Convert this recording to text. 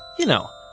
you know,